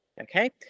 okay